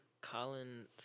Colin